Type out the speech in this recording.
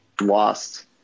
lost